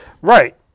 Right